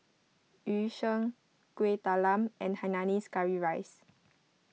Yu Sheng Kuih Talam and Hainanese Curry Rice